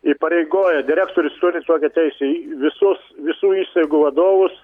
įpareigoja direktorius turi tokią teisię e visus visų įstaigų vadovus